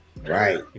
Right